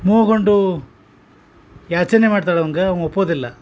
ಮೋಹಗೊಂಡು ಯಾಚನೆ ಮಾಡ್ತಾಳೆ ಅವಂಗ ಅವ ಒಪ್ಪೋದಿಲ್ಲ